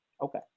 Okay